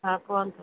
ହଁ କୁହନ୍ତୁ